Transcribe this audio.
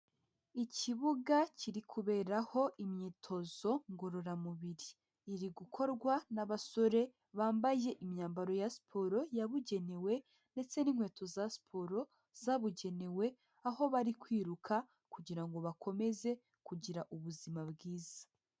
Ikibuga kiri kuberaho imyitozo ngororamubiri, iri gukorwa n'abasore bambaye imyambaro ya siporo yabugenewe ndetse n'inkweto za siporo zabugenewe, aho bari kwiruka kugirango bakomeze kugira ubuzima bwiza.